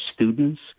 students